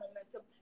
momentum